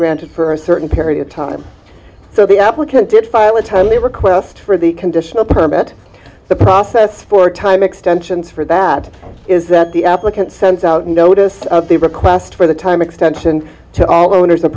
granted for a certain period of time so the applicant did file a timely request for the conditional permit the process for time extensions for that is that the applicant sends out a notice of the request for the time extension to all owners